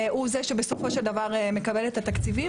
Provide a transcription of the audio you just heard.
הוא גם זה שבסופו של דבר מקבל את התקציבים.